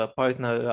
partner